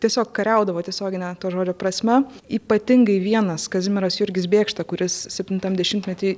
tiesiog kariaudavo tiesiogine to žodžio prasme ypatingai vienas kazimieras jurgis bėkšta kuris septintam dešimtmety